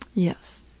yes.